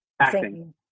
Acting